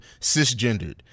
cisgendered